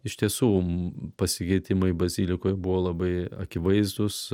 iš tiesų pasikeitimai bazilikoje buvo labai akivaizdūs